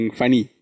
funny